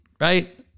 Right